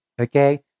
okay